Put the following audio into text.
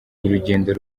urugendo